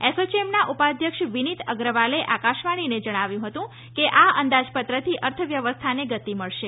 એસોચેમના ઉપાધ્યક્ષ વિનીત અગ્રવાલે આકાશવાણીને જણાવ્યું હતું કે આ અંદાજપત્રથી અર્થવ્યવસ્થાને ગતિ મળશે